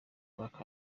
back